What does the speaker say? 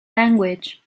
language